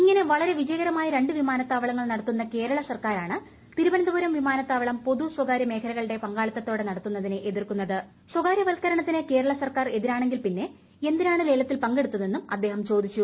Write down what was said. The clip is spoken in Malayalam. ഇങ്ങനെ വളരെ വിജയകരമായ രണ്ട് വിമാനത്താവളങ്ങൾ നടത്തുന്ന കേരള സർക്കാരാണ് തിരുവനന്തപുരം വിമാനത്താവളം പൊതു സ്വകാരൃ മേഖലകളുടെ പങ്കാളിത്തോടെ സ്വകാര്യവൽക്കരണത്തിന് കേരള സർക്കാർ എതിരാണെങ്കിൽ പിന്നെ എന്തിനാണ് ലേലത്തിൽ പങ്കെടുത്തതെന്നും അദ്ദേഹം ചോദിച്ചു